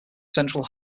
central